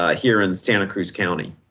ah here in santa cruz county,